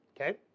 Okay